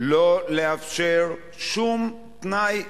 לא לאפשר שום תנאי,